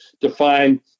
define